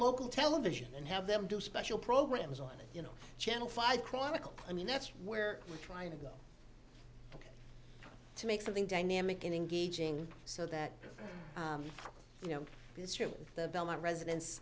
local television and have them do special programs on you know channel five chronicle i mean that's where we're trying to go to make something dynamic and engaging so that you know the history of the belmont residents